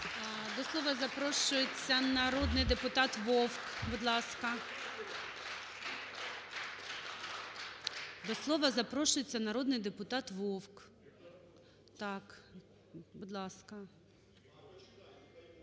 До слова запрошується народний депутат Вовк, будь ласка. До слова запрошується народний депутат Вовк. Будь ласка.